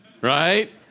right